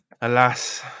alas